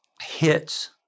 hits